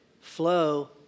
flow